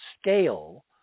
scale